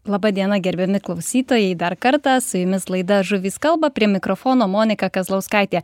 laba diena gerbiami klausytojai dar kartą su jumis laida žuvys kalba prie mikrofono monika kazlauskaitė